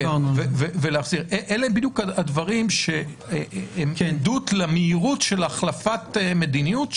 אלה בדיוק הדברים שהם עדות למהירות של החלפת מדיניות,